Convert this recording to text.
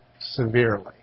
severely